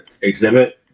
Exhibit